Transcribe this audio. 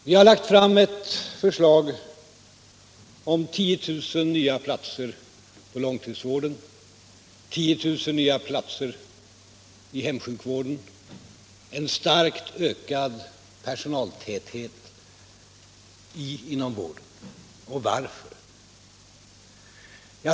Vi har lagt fram ett förslag om 10 000 nya platser för långtidsvården, 10 000 nya platser i hemsjukvården och en starkt ökad personaltäthet inom vården. Och varför?